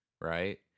right